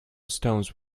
stones